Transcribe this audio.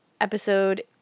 episode